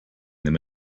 them